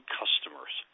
customers